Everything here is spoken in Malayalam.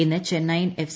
ഇന്ന് ചെന്നൈയിൻ എഫ്